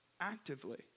actively